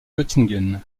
göttingen